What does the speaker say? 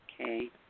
okay